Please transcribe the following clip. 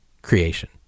creation